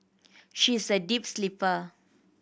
she is a deep sleeper